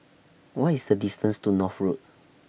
What IS The distance to North Road